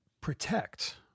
protect